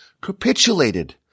capitulated